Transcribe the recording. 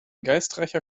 geistreicher